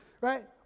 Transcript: Right